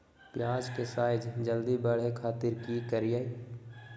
प्याज के साइज जल्दी बड़े खातिर की करियय?